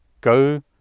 Go